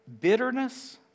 Bitterness